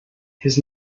his